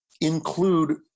include